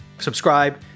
subscribe